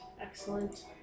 Excellent